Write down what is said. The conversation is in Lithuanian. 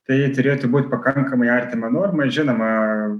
tai turėtų būt pakankamai artima normai žinoma